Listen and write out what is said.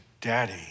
daddy